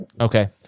Okay